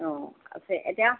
অঁ আছে এতিয়া